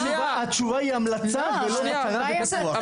שנייה --- התשובה היא המלצה ולא לפיקוח.